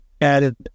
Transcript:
added